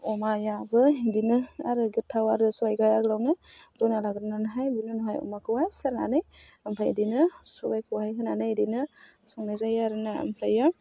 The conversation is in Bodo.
अमायाबो बिदिनो आरो गोथाव आरो सबाइखौ आगोलावनो रुना लाग्रोनानैहाय बिनि उनावहाय अमाखौहाय संनानै ओमफ्राय बिदिनो सबाइखौहाय होनानै बिदिनो संनाय जायो आरो ना आमफ्रायो